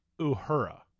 Uhura